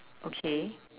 okay